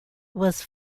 was